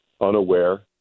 unaware